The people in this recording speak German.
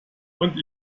und